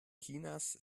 chinas